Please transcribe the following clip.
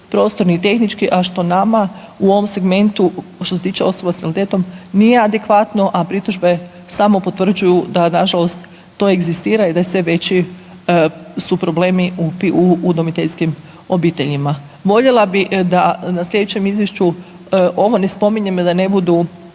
prostorno i tehnički, a što nama u ovom segmentu, što se tiče osoba s invaliditetom nije adekvatno, a pritužbe samo potvrđuju da nažalost to egzistira i da je sve veći su problemi u udomiteljskim obiteljima. Voljela bih da na sljedećem izvješću ovo ne spominjem i da ne budu